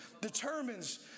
determines